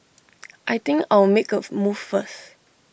I think I'll make A move first